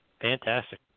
Fantastic